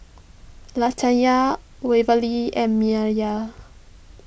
Latanya Waverly and